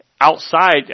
outside